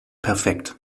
perfekt